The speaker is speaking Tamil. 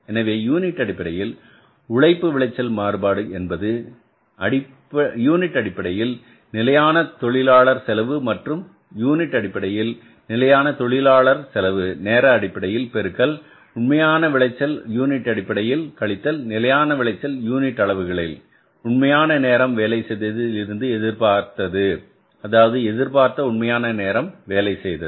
எனவே யூனிட் அடிப்படையில் உழைப்பு விளைச்சல் மாறுபாடு என்பது யூனிட் அடிப்படையில் நிலையான தொழிலாளர் செலவு மற்றும் யூனிட் அடிப்படையில் நிலையான தொழிலாளர் செலவு நேர அடிப்படையில் பெருக்கல் உண்மையான விளைச்சல் யூனிட் அடிப்படையில் கழித்தல் நிலையான விளைச்சல் யூனிட் அளவுகளில் உண்மையான நேரம் வேலை செய்ததில் இருந்து எதிர்பார்த்தது அதாவது எதிர்பார்த்த உண்மையான நேரம் வேலை செய்தது